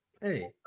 hey